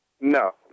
No